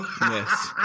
Yes